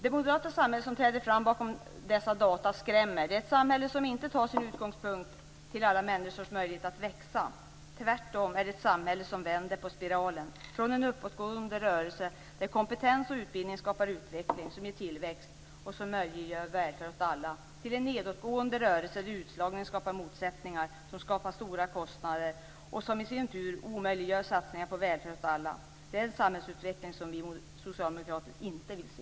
Det moderata samhälle som träder fram bakom dessa data skrämmer. Det är ett samhälle som inte tar sin utgångspunkt i alla människors möjlighet att växa. Tvärtom är det ett samhälle som vänder på spiralen - från en uppåtgående rörelse där kompetens och utbildning skapar utveckling, som ger tillväxt och möjliggör välfärd åt alla till en nedåtgående rörelse där utslagning skapar motsättningar, som skapar stora kostnader, som i sin tur omöjliggör satsningar på välfärd åt alla. Det är en samhällsutveckling som vi socialdemokrater inte vill se.